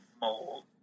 mold